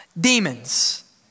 Demons